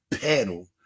panel